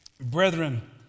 Brethren